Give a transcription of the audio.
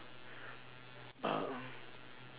err